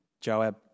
Joab